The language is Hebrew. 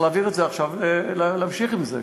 וצריך להעביר את זה עכשיו, להמשיך עם זה.